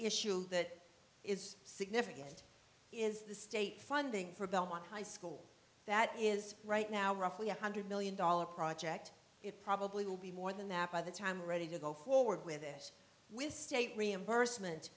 issue that is significant is the state funding for belmont high school that is right now roughly one hundred million dollars project it probably will be more than that by the time ready to go forward with it with state reimbursement